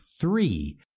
three